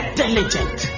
diligent